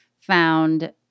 found